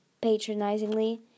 patronizingly